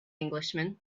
englishman